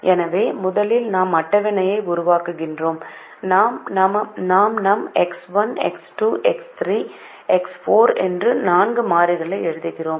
எனவே முதலில் நாம் ஒரு அட்டவணையை உருவாக்குகிறோம் அங்கு நாம் x 1 x 2 x 3 x 4 என்று நான்கு மாறிகளை எழுதுகிறோம்